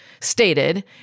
stated